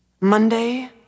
Monday